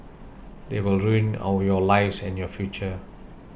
they will ruin all your lives and your future